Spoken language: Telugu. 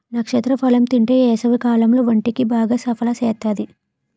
నక్షత్ర ఫలం తింతే ఏసవికాలంలో ఒంటికి బాగా సలవ సేత్తాది